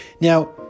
Now